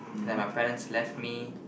like my parents left me